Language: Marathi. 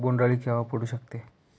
बोंड अळी केव्हा पडू शकते?